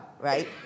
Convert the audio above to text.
right